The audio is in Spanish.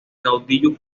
caudillo